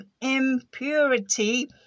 impurity